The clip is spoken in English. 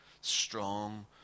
strong